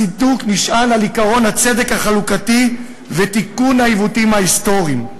הצידוק נשען על עקרון הצדק החלוקתי ותיקון עיוותים היסטוריים.